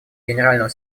генерального